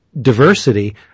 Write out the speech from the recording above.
diversity